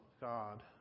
God